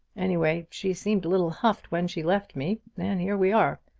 anyway she seemed a little huffed when she left me and here we are!